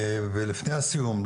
לפני הסיום,